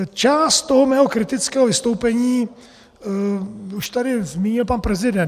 Část mého kritického vystoupení už tady zmínil pan prezident.